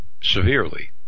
severely